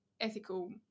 ethical